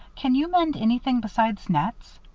can you mend anything besides nets?